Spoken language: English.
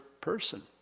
person